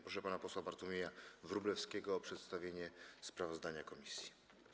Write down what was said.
Proszę pana posła Bartłomieja Wróblewskiego o przedstawienie sprawozdania komisji.